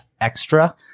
Extra